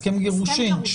הסכם גירושין?